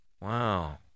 Wow